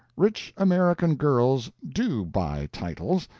rich american girls do buy titles,